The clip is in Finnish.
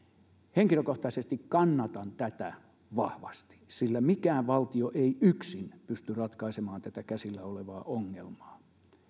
henkilökohtaisesti kannatan tätä vahvasti sillä mikään valtio ei yksin pysty ratkaisemaan tätä käsillä olevaa ongelmaa